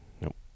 Nope